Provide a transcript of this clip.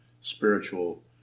spiritual